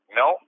no